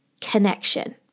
connection